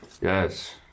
Yes